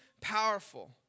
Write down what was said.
powerful